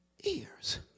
ears